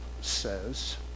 says